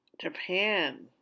japan